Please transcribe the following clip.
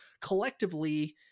collectively